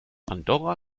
andorra